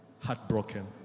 heartbroken